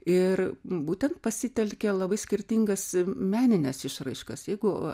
ir būtent pasitelkia labai skirtingas menines išraiškas jeigu